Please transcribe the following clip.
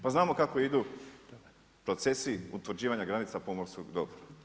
Pa znamo kako idu procesi utvrđivanja granica pomorskog dobra.